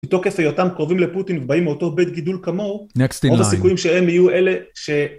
מתוקף היותם קרובים לפוטין ובאים מאותו בית גידול כמוהו, next in line רוב הסיכויים שהם יהיו אלה ש...